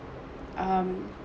um